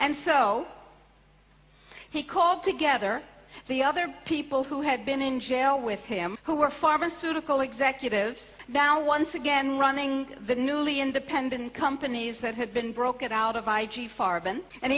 and so he called together the other people who had been in jail with him who were pharmaceutical executives val once again running the newly independent companies that had been broke at out of